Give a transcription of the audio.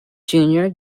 junior